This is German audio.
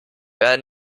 wer